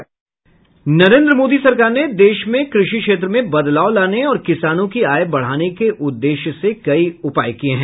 नरेंद्र मोदी सरकार ने देश में क्रषि क्षेत्र में बदलाव लाने और किसानों की आय बढ़ाने के उद्देश्य से कई उपाय किए हैं